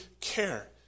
care